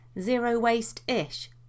Zero-waste-ish